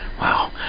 wow